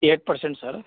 eight percent sir